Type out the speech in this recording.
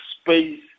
space